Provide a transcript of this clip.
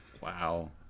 Wow